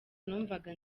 numvaga